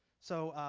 so,